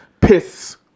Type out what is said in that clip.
piss